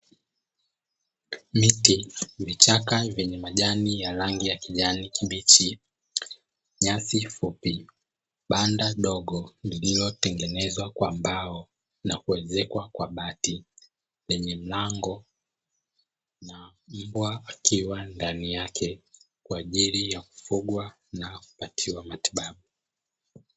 Miti vichaka vyenye majani ya rangi ya kijani kibichi nyasi fupi. Banda dogo lililotengenezwa kwa mbao na kuezekwa kwa bati lenye mlango na mbwa akiwa ndani yake kwa ajili ya kufugwa na kupatiwa matibabu.